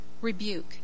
rebuke